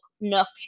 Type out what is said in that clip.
nook